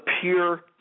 pure